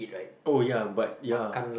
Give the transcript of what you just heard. oh ya but ya